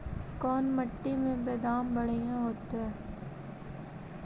कोन मट्टी में बेदाम बढ़िया होतै?